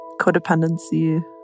codependency